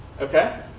Okay